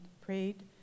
prayed